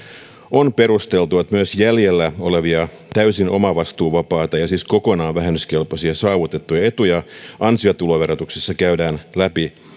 on perusteltua että myös jäljellä olevia täysin omavastuuvapaita ja siis kokonaan vähennyskelpoisia saavutettuja etuja ansiotuloverotuksessa käydään läpi